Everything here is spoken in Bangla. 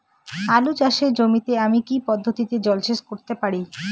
আলু চাষে জমিতে আমি কী পদ্ধতিতে জলসেচ করতে পারি?